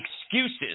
excuses